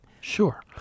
Sure